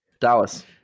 Dallas